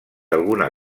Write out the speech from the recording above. alguna